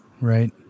Right